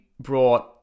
brought